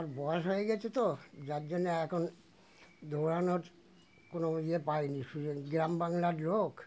আমার বয়স হয়ে গেছে তো যার জন্য এখন দৌড়ানোর কোনো ইয়ে পাইনি গ্রাম বাংলার লোক